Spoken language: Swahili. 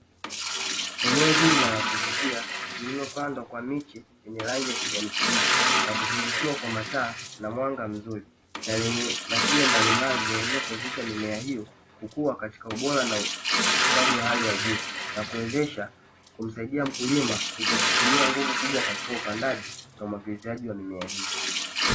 Eneo zuri na la kuvutia, lililopandwa kwa miche yenye kijani kibichi na kuzungushiwa kwa mataa na mwanga mzuri, na lenye mashine mbalimbali zinazoweza kuwezesha mimea hiyo kukua katika ubora na ustadi wa hali ya juu, na kuwezesha kumsaidia mkulima kutokutumia nguvu kubwa katika upandaji na umwagiliziaji wa mimea hiyo.